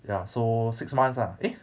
ya so six months ah eh